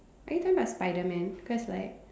are you talking about Spiderman cause like